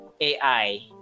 ai